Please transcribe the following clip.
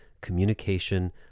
Communication